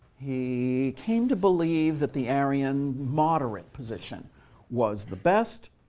he came to believe that the arian moderate position was the best.